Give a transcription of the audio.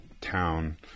town